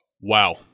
Wow